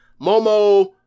Momo